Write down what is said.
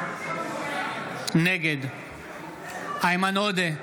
נגד איימן עודה,